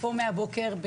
מהבוקר,